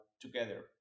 together